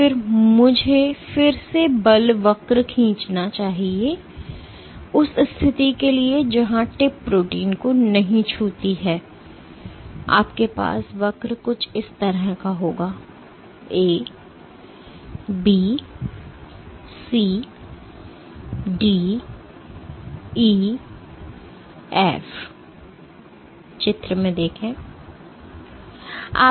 तो मुझे फिर से बल वक्र खींचना चाहिए उस स्थिति के लिए जहां टिप प्रोटीन को नहीं छूती है आपके पास वक्र कुछ इस तरह होगा A B C D E F